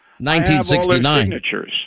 1969